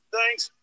Thanks